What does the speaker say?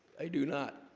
they do not